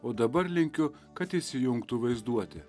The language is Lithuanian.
o dabar linkiu kad įsijungtų vaizduotė